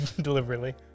deliberately